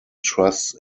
trusts